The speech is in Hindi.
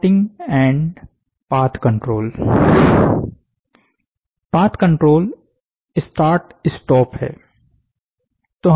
plotting and path control path control start stop है